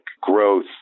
growth